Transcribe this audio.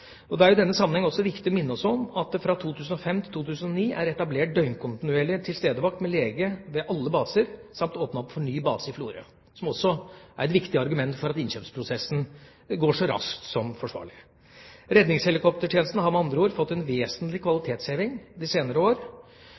Det er i denne sammenheng viktig å minne om at det fra 2005 til 2009 er etablert døgnkontinuerlig tilstedevakt, med lege ved alle baser, samt at det er åpnet en ny base i Florø, som også er et viktig argument for at innkjøpsprosessen går så raskt det er forsvarlig. Redningshelikoptertjenesten har med andre ord fått en vesentlig kvalitetsheving de senere år.